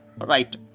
Right